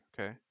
okay